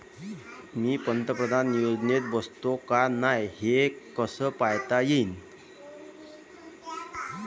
मी पंतप्रधान योजनेत बसतो का नाय, हे कस पायता येईन?